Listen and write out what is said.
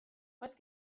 oes